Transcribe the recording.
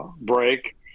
break